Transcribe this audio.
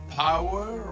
power